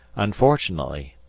unfortunately,